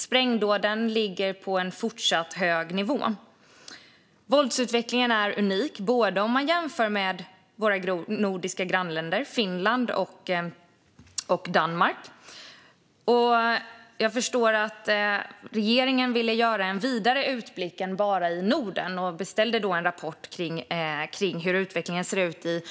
Sprängdåden ligger på en fortsatt hög nivå. Våldsutvecklingen är unik om man jämför med våra nordiska grannländer Finland och Danmark. Jag förstår att regeringen ville göra en vidare utblick än bara i Norden och beställde därför en rapport från Brottsförebyggande rådet om hur utvecklingen ser ut i